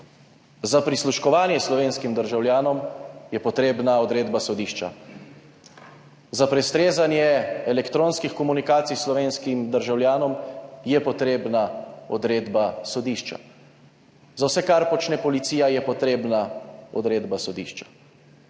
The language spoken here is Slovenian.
Za prisluškovanje slovenskim državljanom je potrebna odredba sodišča, za prestrezanje elektronskih komunikacij slovenskim državljanom je potrebna odredba sodišča. Za vse, kar počne policija, je potrebna odredba sodišča.